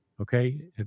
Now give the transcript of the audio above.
Okay